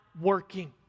working